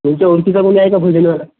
तुमच्या ओळखीचा कोणी आहे का भजनवाला